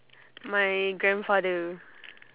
my grandfather